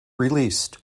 released